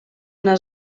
una